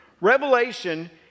Revelation